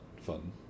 fun